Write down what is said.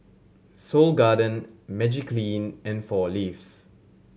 Seoul Garden Magiclean and Four Leaves